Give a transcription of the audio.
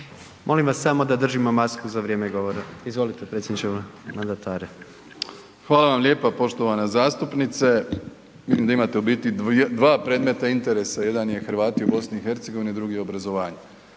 Molim vas samo da držimo masku za vrijeme govora. Izvolite predsjedniče mandataru. **Plenković, Andrej (HDZ)** Hvala vam lijepa. Poštovana zastupnice. Vidim da imate u biti dva predmeta interesa, jedan je Hrvati u BiH, drugi obrazovanje.